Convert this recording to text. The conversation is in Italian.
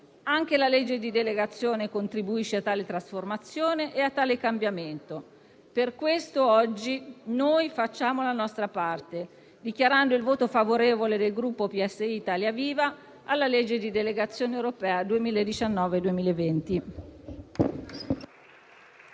Anche la legge di delegazione contribuisce a tale trasformazione e a tale cambiamento. Per questo oggi noi facciamo la nostra parte, dichiarando il voto favorevole del Gruppo Italia Viva-P.S.I. alla legge di delegazione europea 2019-2020.